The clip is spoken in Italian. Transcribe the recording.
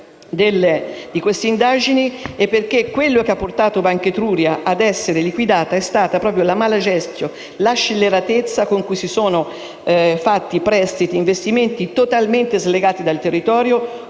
di queste indagini. Ciò che ha portato la Banca Etruria ad essere liquidata è stata proprio la *mala gestio*, la scelleratezza con cui sono stati fatti prestiti e investimenti totalmente slegati dal territorio,